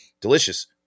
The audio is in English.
delicious